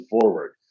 forward